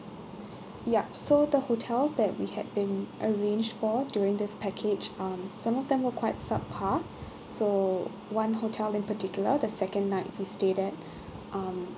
yup so the hotels that we had been arranged for during this package um some of them were quite subpar so one hotel in particular the second night we stayed at um